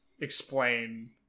explain